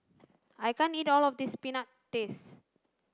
I can't eat all of this peanut paste